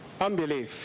Unbelief